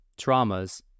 traumas